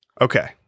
Okay